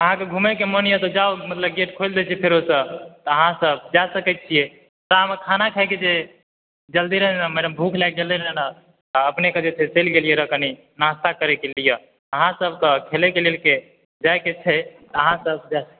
अहाँक घूमयक मोन अइ तऽ जाउ हम मतलब गेट खोलि दै छी फेरो सॅं तऽ अहाँ सब जाय सकै छियै हमरा खाना खायके जल्दी रहै ने मैडम भूख लागि गेलै ने अपनेके से चलि गेल रहियै कनि नास्ता करय के लिए अहाँ सबके खेलै के लेल जाय के छै तऽ अहाँ सब जाउ